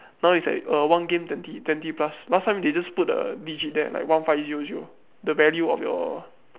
now is like uh one game twenty twenty plus last time they just put the digit there like one five zero zero the value of your